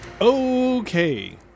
Okay